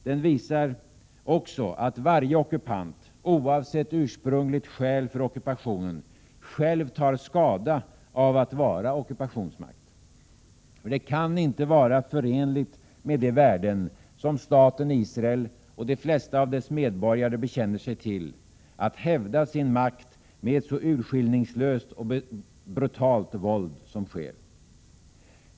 Den visar också att varje ockupant, oavsett ursprungligt skäl för ockupationen, själv tar skada av att vara ockupationsmakt. Det kan inte vara förenligt med de värden, som staten Israel och de flesta av dess medborgare bekänner sig till, att hävda sin makt med ett så urskillningslöst och brutalt våld som sker.